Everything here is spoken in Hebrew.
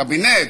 הקבינט,